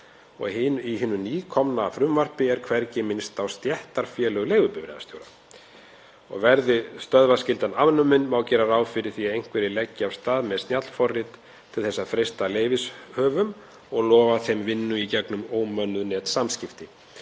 er hvergi minnst á stéttarfélög leigubifreiðastjóra. Verði stöðvaskyldan afnumin má gera ráð fyrir því að einhverjir leggi af stað með snjallforrit til að freista leyfishafa og lofa þeim vinnu í gegnum ómönnuð netsamskipti